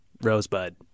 Rosebud